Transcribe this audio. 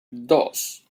dos